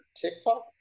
TikTok